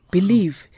Believe